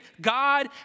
God